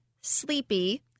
sleepy